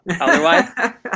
otherwise